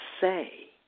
say